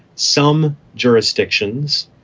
some jurisdictions,